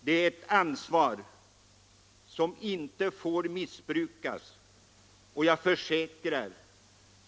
Det är ett ansvar som inte får missbrukas. Jag försäkrar